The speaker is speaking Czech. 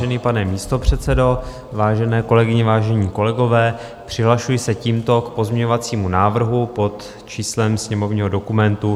Vážený pane místopředsedo, vážené kolegyně, vážení kolegové, přihlašuji se tímto k pozměňovacímu návrhu pod číslem sněmovního dokumentu 1482.